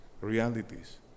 realities